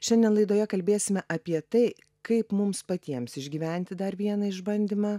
šiandien laidoje kalbėsime apie tai kaip mums patiems išgyventi dar vieną išbandymą